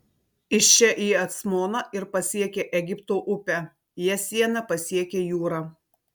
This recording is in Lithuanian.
iš čia į acmoną ir pasiekia egipto upę ja siena pasiekia jūrą